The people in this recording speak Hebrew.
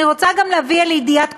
אני רוצה גם להביא לידיעת כולם,